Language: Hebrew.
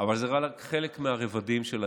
אבל זה רק חלק מהרבדים של העניין.